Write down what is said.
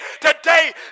today